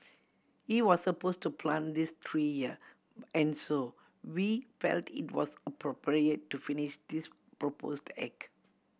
he was suppose to plant this tree here and so we felt it was appropriate to finish this proposed act